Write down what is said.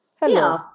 Hello